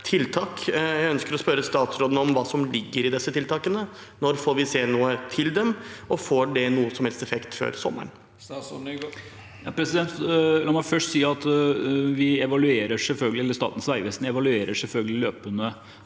Jeg ønsker å spørre statsråden om hva som ligger i disse tiltakene. Når får vi se noe til dem, og får det noen som helst effekt før sommeren? Statsråd Jon-Ivar Nygård La meg først si at Statens vegvesen selvfølgelig løpende